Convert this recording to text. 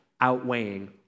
outweighing